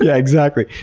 yeah exactly!